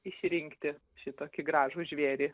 išrinkti šitokį gražų žvėrį